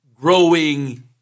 growing